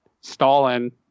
Stalin